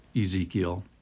Ezekiel